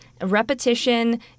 repetition